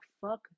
fuck